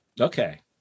Okay